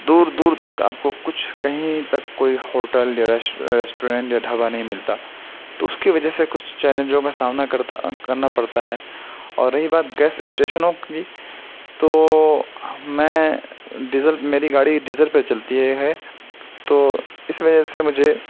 دور دور تک آپ کو کچھ کہیں تک ہوٹل یا ریسٹورنٹ یا ڈھابا نہیں ملتا تو اس کی وجہ سے کچھ چیلنجوں کا سامنا کرتا کرنا پڑتا ہے اور رہی بات گیس اسٹیشوں کی تو میں ڈیزرو میری گاڑی ڈیزرو پر چلتی ہے تو اس وجہ سے مجھے